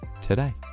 today